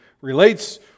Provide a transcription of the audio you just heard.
relates